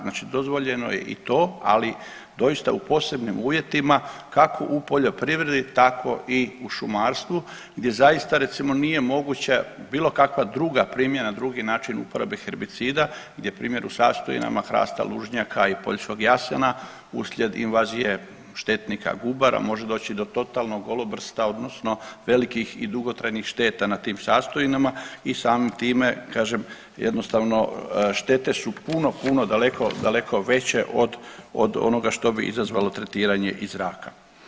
Znači dozvoljeno je i to, ali doista u posebnim uvjetima kako u poljoprivredi tako i u šumarstvu gdje zaista nije moguća bilo kakva druga primjena, drugi način uporabe herbicida gdje primjer u sastojinama hrasta lužnjaka i poljskog jasena uslijed invazije štetnika gubara može doći do totalnog golobrsta odnosno velikih i dugotrajnih šteta na tim sastojinama i samim time kažem jednostavno štete su puno, puno daleko, daleko veće od onoga što bi izazvalo tretiranje iz zraka.